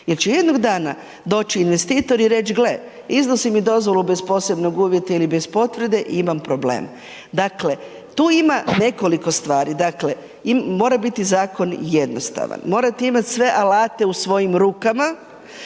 jer će jednog dana doći investitori i reć gle, izdao si mi dozvolu bez posebnog uvjeta ili bez potvrde i imam problem. Dakle, tu ima nekoliko stvari. Dakle, mora biti zakon jednostavan, morate imati sve alate u svojim rukama,